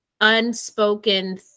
unspoken